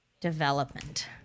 development